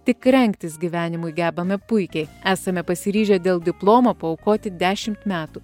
tik rengtis gyvenimui gebame puikiai esame pasiryžę dėl diplomo paaukoti dešimt metų